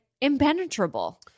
impenetrable